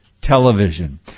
television